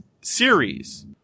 series